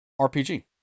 RPG